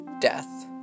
Death